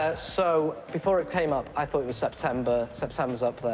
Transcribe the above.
ah so, before it came up, i thought it was september. september's up there,